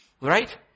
Right